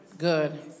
Good